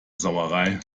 sauerei